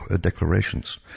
declarations